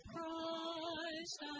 Christ